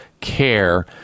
care